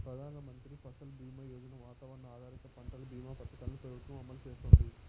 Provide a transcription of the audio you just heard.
ప్రధాన మంత్రి ఫసల్ బీమా యోజన, వాతావరణ ఆధారిత పంటల భీమా పథకాలను ప్రభుత్వం అమలు చేస్తాంది